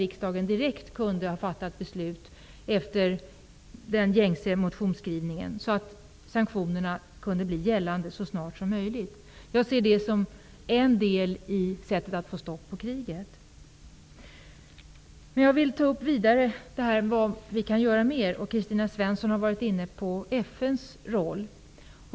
I så fall hade riksdagen efter den gängse motionsskrivningen direkt kunnat fatta beslut så att sanktionerna snarast kunde träda i kraft. Jag ser sanktionerna som ett sätt att få stopp på kriget. Vidare vill jag ta upp frågan om vad mer vi kan göra. Kristina Svensson har varit inne på FN:s roll.